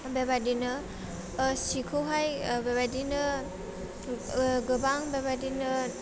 बेबायदिनो ओह सिखौहाइ ओह बेबायदिनो ओह गोबां बेबायदिनो